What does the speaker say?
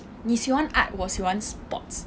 你喜欢 art 我喜欢 sports